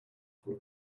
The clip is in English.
full